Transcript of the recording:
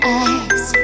eyes